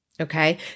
Okay